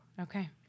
Okay